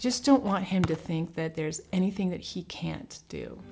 just don't want him to think that there's anything that he can't